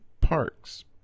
Parks